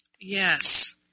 Yes